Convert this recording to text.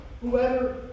Whoever